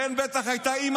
די כבר, די.